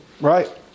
Right